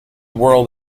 world